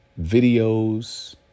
videos